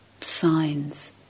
signs